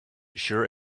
sure